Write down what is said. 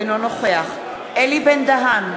אינו נוכח אלי בן-דהן,